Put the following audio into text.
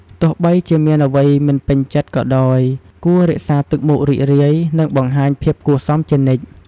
ទោះបីជាមានអ្វីមិនពេញចិត្តក៏ដោយ គួររក្សាទឹកមុខរីករាយ និងបង្ហាញភាពគួរសមជានិច្ច។